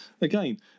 Again